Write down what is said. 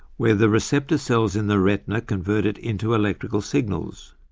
where the receptor cells in the retina convert it into electrical signals.